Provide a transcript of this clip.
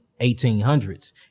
1800s